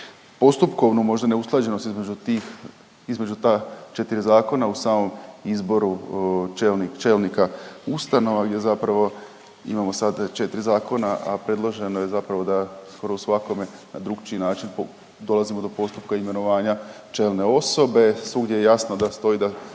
postupkovnu možda neusklađenost između tih, između ta 4 zakona u samom izboru čelnika ustanova gdje zapravo imamo sad 4 zakona, a predloženo je zapravo da skoro u svakome na drukčiji način dolazimo do postupka imenovanja čelne osobe, svugdje je jasno da stoji da